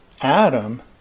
Adam